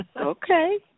Okay